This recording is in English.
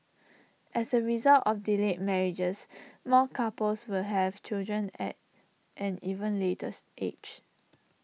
as A result of delayed marriages more couples will have children at an even later's age